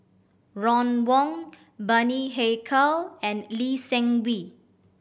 Ron Wong Bani Haykal and Lee Seng Wee